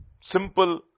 simple